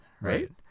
Right